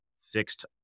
fixed